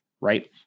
right